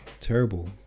terrible